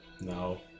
No